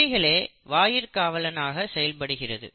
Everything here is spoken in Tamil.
இவைகளே வாயிற்காவலனாகச் செயல்படுகிறது